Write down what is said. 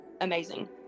amazing